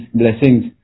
blessings